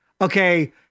Okay